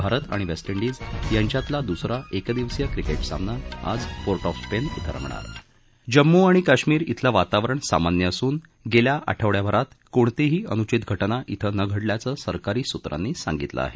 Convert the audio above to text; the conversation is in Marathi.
भारत आणि वेस्ट डिज यांच्यातला दुसरा एकदिवसीय क्रिकेट सामना आज पोर्ट ऑफ स्पेन डिं रंगणार जम्मू आणि काश्मिर शिलं वातावरण सामान्य असून गेल्या आठवडाभरात कोणतीही अनुचित घटना शिं न घडल्याचं सरकारी सूत्रांनी सांगितलं आहे